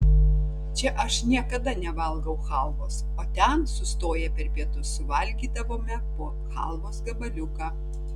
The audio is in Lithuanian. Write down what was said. čia aš niekada nevalgau chalvos o ten sustoję per pietus suvalgydavome po chalvos gabaliuką